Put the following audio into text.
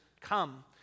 come